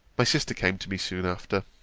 my sister came to me soon after